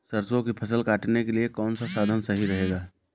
सरसो की फसल काटने के लिए कौन सा साधन सही रहेगा?